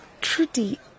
Trudy